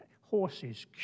horses